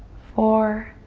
four,